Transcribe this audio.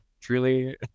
Truly